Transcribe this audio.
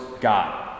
God